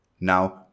Now